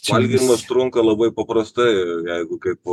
valgymas trunka labai paprastai jeigu kaip